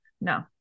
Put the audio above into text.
No